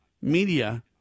media